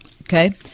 Okay